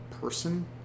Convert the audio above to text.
person